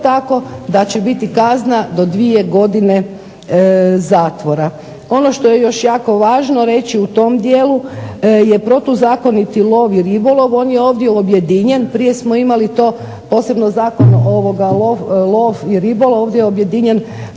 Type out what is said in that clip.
tako da će biti kazna do 2 godine zatvora. Ono što je jako važno reći u tom dijelu je protuzakonit lov i ribolov. On je ovdje objedinjen. Prije smo imali posebno zakon o lov i ribolov objedinjen